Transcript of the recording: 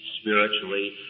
spiritually